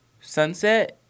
sunset